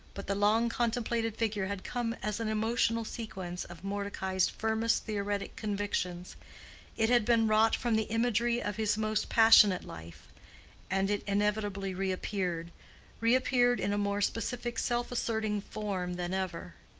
but the long-contemplated figure had come as an emotional sequence of mordecai's firmest theoretic convictions it had been wrought from the imagery of his most passionate life and it inevitably reappeared reappeared in a more specific self-asserting form than ever.